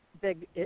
big